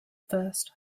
first